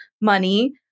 money